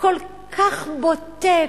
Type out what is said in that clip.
כל כך בוטה,